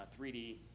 3D